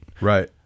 right